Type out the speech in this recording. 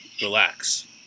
relax